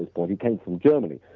but he came from germany,